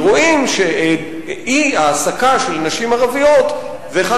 ורואים שאי-העסקה של נשים ערביות היא אחד